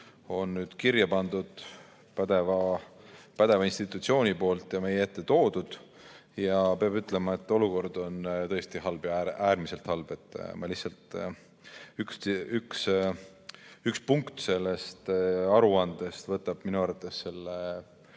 on nüüd kirja pandud pädeva institutsiooni poolt ja meie ette toodud. Peab ütlema, et olukord on tõesti halb, äärmiselt halb. Üks punkt sellest aruandest võtab minu arvates selle